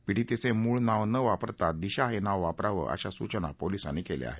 पीडितेचे मूळ नाव न वापरता दिशा हे नाव वापरावंअशा सूचना पोलिसांनी केल्या आहेत